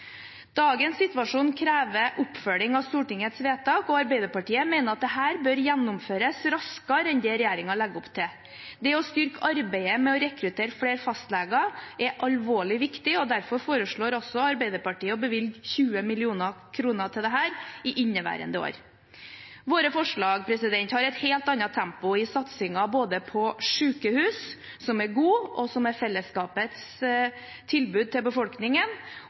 Dagens situasjon krever oppfølging av Stortingets vedtak, og Arbeiderpartiet mener at dette bør gjennomføres raskere enn det regjeringen legger opp til. Det å styrke arbeidet med å rekruttere flere fastleger er alvorlig viktig. Derfor foreslår også Arbeiderpartiet å bevilge 20 mill. kr til dette i inneværende år. Våre forslag har et helt annet tempo i satsingen på både sykehus – som er gode, og som er fellesskapets tilbud til befolkningen